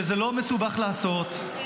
וזה לא מסובך לעשות,